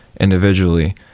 individually